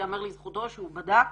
יאמר לזכותו שהוא בדק